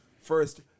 First